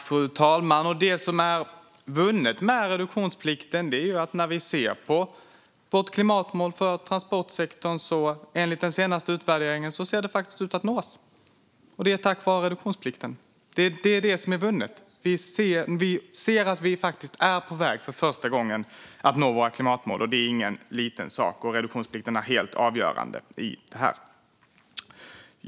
Fru talman! Det som är vunnet med reduktionsplikten är att vårt klimatmål för transportsektorn enligt den senaste utvärderingen ser ut att nås. Det är tack vare reduktionsplikten. Det är vad som är vunnet. Vi ser att vi för första gången är på väg att nå våra klimatmål. Det är ingen liten sak. Reduktionsplikten är helt avgörande i det.